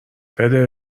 بده